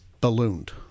ballooned